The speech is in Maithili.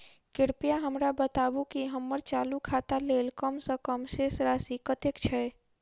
कृपया हमरा बताबू की हम्मर चालू खाता लेल कम सँ कम शेष राशि कतेक छै?